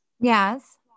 Yes